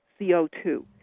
CO2